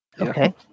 Okay